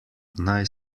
naj